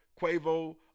Quavo